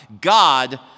God